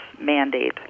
mandate